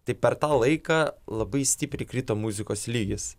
tai per tą laiką labai stipriai krito muzikos lygis